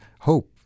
hope